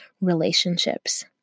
relationships